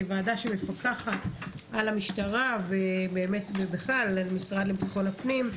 כוועדה שמפקחת על המשטרה ובכלל על המשרד לביטחון הפנים,